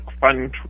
fun